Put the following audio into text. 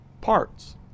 parts